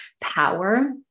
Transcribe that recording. power